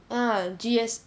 ah G_S